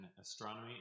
astronomy